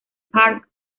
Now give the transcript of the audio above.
park